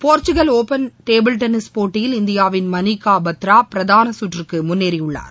Portugal open table tennis போட்டியில் இந்தியாவின் மணிகா பத்ரா பிரதான கற்றுக்கு முன்னேறியுள்ளார்